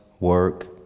work